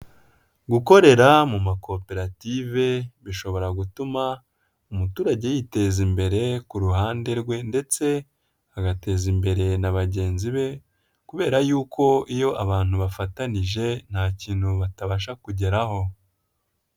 Gukorera mu makoperative bishobora gutuma umuturage yiteza imbere ku ruhande rwe ndetse agateza imbere na bagenzi be kubera yuko iyo abantu bafatanije nta kintu batabasha kugeraho.